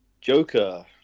Joker